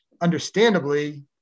understandably